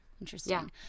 Interesting